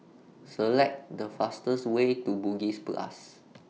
Select The fastest Way to Bugis Plus